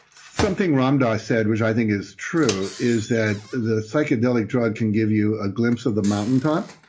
something ram dass said, which i think is true, is that the psychedelic drug can give you a glimpse of the mountaintop,